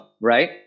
right